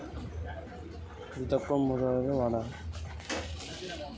NPK ని ఎంత మోతాదులో వరికి వాడాలి?